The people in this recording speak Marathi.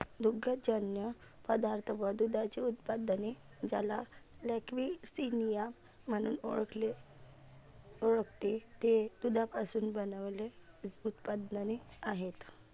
दुग्धजन्य पदार्थ व दुधाची उत्पादने, ज्याला लॅक्टिसिनिया म्हणून ओळखते, ते दुधापासून बनविलेले उत्पादने आहेत